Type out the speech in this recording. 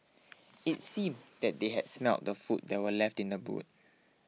it seemed that they had smelt the food that were left in the boot